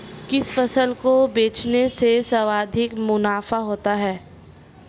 किस फसल को बेचने से सर्वाधिक मुनाफा होता है?